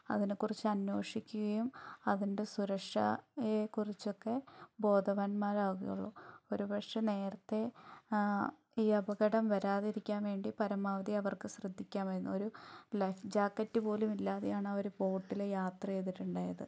അതിനെക്കുറിച്ച് അന്വേഷിക്കുകയും അതിൻ്റെ സുരക്ഷയെക്കുറിച്ചൊക്കെ ബോധവാന്മാരാകുകയുള്ളു ഒരുപക്ഷെ നേരത്തേ ഈ അപകടം വരാതിരിക്കാൻ വേണ്ടി പരമാവധി അവർക്ക് ശ്രദ്ധിക്കാമായിരുന്നു ഒരു ലൈഫ് ജാക്കറ്റ് പോലുമില്ലാതെയാണ് അവർ ബോട്ടിൽ യാത്ര ചെയ്തിട്ടുണ്ടായത്